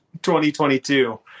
2022